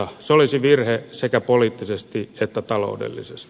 se olisi virhe sekä poliittisesti että taloudellisesti